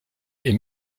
est